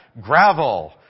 Gravel